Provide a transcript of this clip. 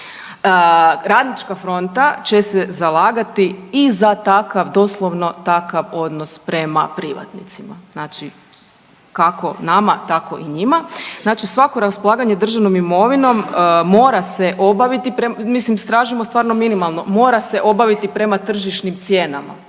manjine RF će se zalagati i za takav doslovno takav odnos prema privatnicima, znači kako nama tako i njima. Znači svako raspolaganje državnom imovinom mora se obaviti, mislim tražimo stvarno minimalno, mora se obaviti prema tržišnim cijenama,